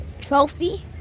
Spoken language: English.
trophy